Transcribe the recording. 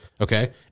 Okay